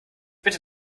bitte